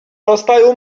rozstaju